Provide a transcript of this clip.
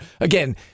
again